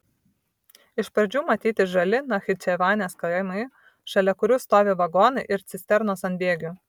iš pradžių matyti žali nachičevanės kaimai šalia kurių stovi vagonai ir cisternos ant bėgių